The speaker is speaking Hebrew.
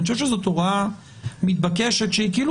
אני חושב שזאת הוראה מתבקשת שהיא כאילו